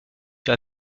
sur